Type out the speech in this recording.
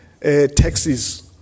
taxes